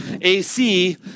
AC